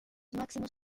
máximos